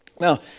now